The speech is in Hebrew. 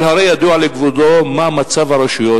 אבל הרי ידוע לכבודו מה מצב הרשויות,